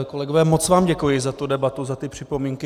Kolegové, moc vám děkuji za tu debatu, za ty připomínky.